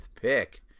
pick